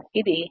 ఇది 0